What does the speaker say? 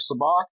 sabak